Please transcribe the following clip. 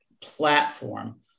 platform